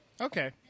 Okay